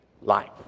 life